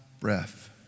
breath